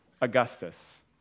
Augustus